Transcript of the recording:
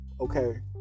Okay